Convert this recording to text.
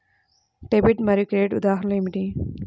Debit మరియు credit ఉదాహరణలు ఏమిటీ?